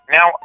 Now